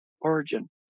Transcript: origin